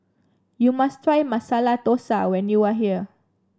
you must try Masala Dosa when you are here